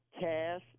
Cash